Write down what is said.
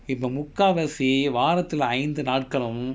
இப்ப முக்காவாசி வாரத்துல ஐந்து நாட்களும்:ippa mukkavaasi vaarathula ainthu naatkalum